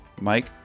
Mike